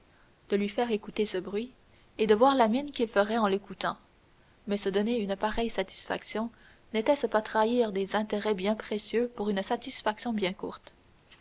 de lui faire écouter ce bruit et de voir la mine qu'il ferait en l'écoutant mais se donner une pareille satisfaction n'était-ce pas trahir des intérêts bien précieux pour une satisfaction bien courte